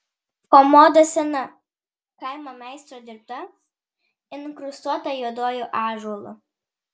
komoda sena kaimo meistro dirbta inkrustuota juoduoju ąžuolu